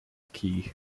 kee